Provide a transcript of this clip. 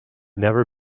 never